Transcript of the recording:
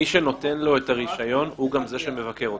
מי שנותן לו את הרישיון הוא גם זה שמבקר אותו.